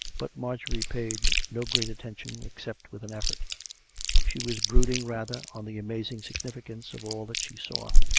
but marjorie paid no great attention except with an effort she was brooding rather on the amazing significance of all that she saw.